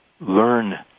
learn